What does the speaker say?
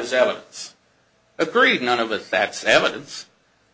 of greed none of the facts evidence